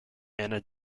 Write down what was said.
anna